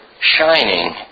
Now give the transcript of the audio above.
shining